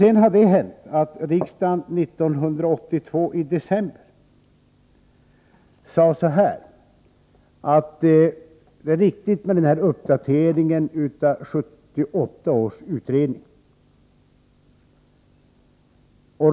Sedan har det hänt att riksdagen i december 1982 sade att det är riktigt med en uppdatering av 1978 års utredning.